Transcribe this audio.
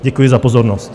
Děkuji za pozornost.